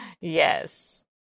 Yes